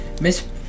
Miss